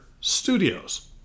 Studios